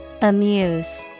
Amuse